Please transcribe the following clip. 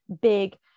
big